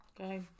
Okay